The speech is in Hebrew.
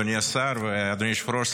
אדוני השר ואדוני היושב-ראש,